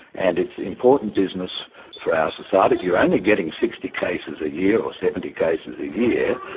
and it's important business for our society, if you're only getting sixty cases a year, or seventy cases a year,